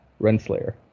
Renslayer